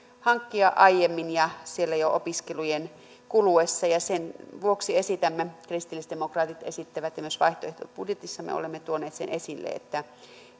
hankkia aiemmin ja jo opiskelujen kuluessa sen vuoksi kristillisdemokraatit esittävät ja myös vaihtoehtobudjetissamme olemme tuoneet sen esille että